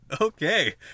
Okay